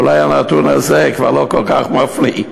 אולי הנתון הזה כבר לא כל כך מפליא.